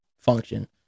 function